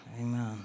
Amen